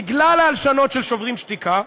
בגלל ההלשנות של "שוברים שתיקה".